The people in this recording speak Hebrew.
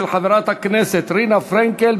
של חברת הכנסת רינה פרנקל,